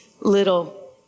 little